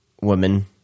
woman